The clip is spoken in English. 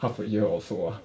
half a year or so ah